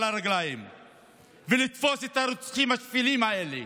הרגליים ולתפוס את הרוצחים השפלים האלה,